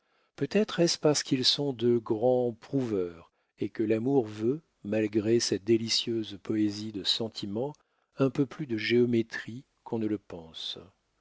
peut-être est-ce parce qu'ils sont de grands prouveurs et que l'amour veut malgré sa délicieuse poésie de sentiment un peu plus de géométrie qu'on ne le pense